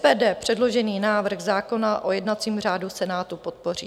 SPD předložený návrh zákona o jednacím řádu Senátu podpoří.